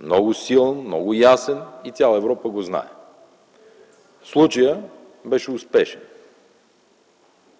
много силен, много ясен и цяла Европа го знае. В случая беше успешен.